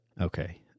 Okay